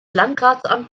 landratsamt